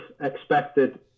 expected